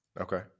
Okay